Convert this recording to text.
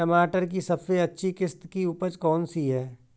टमाटर की सबसे अच्छी किश्त की उपज कौन सी है?